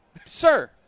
sir